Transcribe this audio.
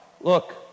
Look